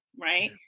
right